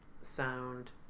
sound